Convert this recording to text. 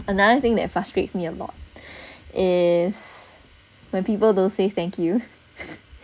another thing that frustrates me a lot is when people don't say thank you